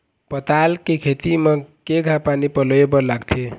पताल के खेती म केघा पानी पलोए बर लागथे?